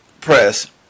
press